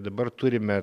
dabar turime